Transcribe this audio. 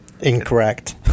Incorrect